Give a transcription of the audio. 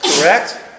correct